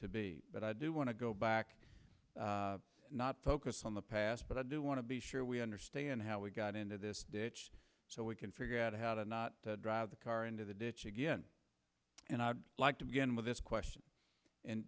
to be but i do want to go back not focus on the past but i do want to be sure we understand how we got into this so we can figure out how to not drive the car into the ditch again and i'd like to begin with this question in